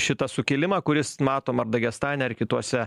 šitą sukilimą kuris matom ar dagestane ar kituose